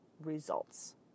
results